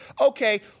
Okay